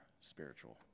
spiritual